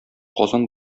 казан